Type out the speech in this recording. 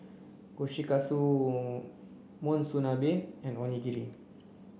Kushikatsu Monsunabe and Onigiri